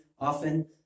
often